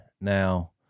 now